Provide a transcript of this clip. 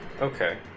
Okay